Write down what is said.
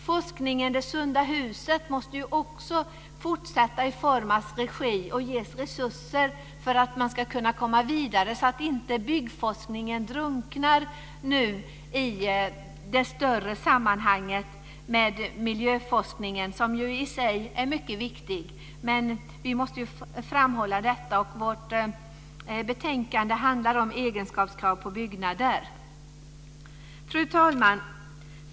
Forskningsprojektet Det sunda huset måste också fortsätta och ges resurser för att man ska kunna komma vidare, så att inte byggforskningen drunknar i det större sammanhanget, i miljöforskningen, som i sig är mycket viktig. Men vi måste framhålla detta, och vårt betänkande handlar om egenskapskrav på byggnader. Fru talman!